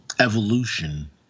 evolution